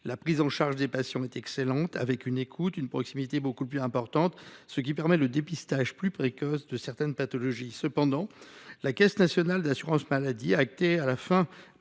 La prise en charge des patients est excellente avec une écoute et une proximité beaucoup plus importantes, ce qui permet le dépistage plus précoce de certaines pathologies. Pourtant, la Caisse nationale de l’assurance maladie a acté la fin